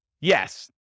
Yes